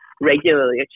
regularly